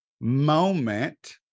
moment